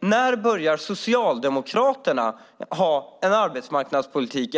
när ska Socialdemokraterna börja ha en arbetsmarknadspolitik?